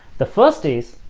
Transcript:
the first is,